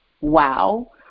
Wow